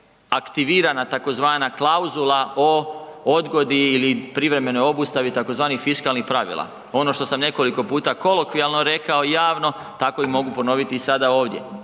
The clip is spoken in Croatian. aktivirana tzv. klauzula o odgodi ili privremenoj obustavi tzv. fiskalnih pravila. Ono što sam nekoliko puta kolokvijalno rekao javno, tako i mogu ponoviti i sada ovdje.